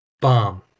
Bomb